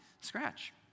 scratch